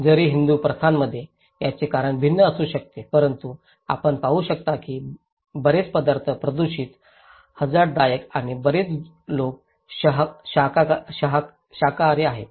जरी हिंदू प्रथांमधे याचे कारण भिन्न असू शकते परंतु आपण पाहू शकता की बरेच पदार्थ प्रदूषित हझार्डदायक आणि बरेच लोक शाकाहारी आहेत